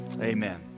amen